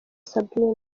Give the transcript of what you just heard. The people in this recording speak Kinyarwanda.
sabine